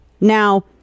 Now